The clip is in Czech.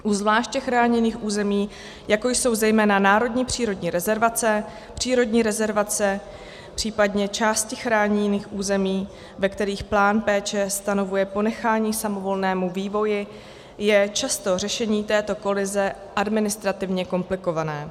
U zvláště chráněných území, jako jsou zejména národní přírodní rezervace, přírodní rezervace, případně části chráněných území, ve kterých plán péče stanovuje ponechání samovolnému vývoji, je často řešení této kolize administrativně komplikované.